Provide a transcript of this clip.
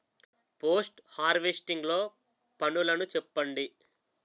Post harvesting లో పనులను చెప్పండి?